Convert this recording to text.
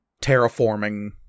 terraforming